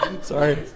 Sorry